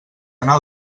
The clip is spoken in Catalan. anar